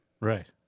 Right